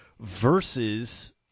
versus